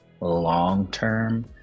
long-term